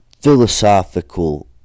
philosophical